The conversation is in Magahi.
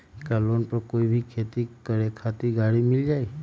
का लोन पर कोई भी खेती करें खातिर गरी मिल जाइ?